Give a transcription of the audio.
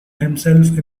himself